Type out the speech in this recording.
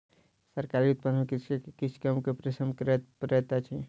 तरकारी उत्पादन में कृषक के किछ कम परिश्रम कर पड़ैत अछि